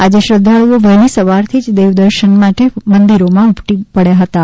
આજે શ્રદ્વાળુઓ વહેલી સવારથી જ દેવદર્શન માટે મંદિરોમાં ઉમટી પડ્યાં હતાં